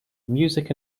music